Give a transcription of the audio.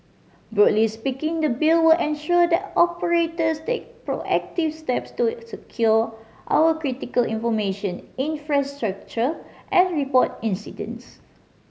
broadly speaking the Bill will ensure that operators take proactive steps to secure our critical information infrastructure and report incidents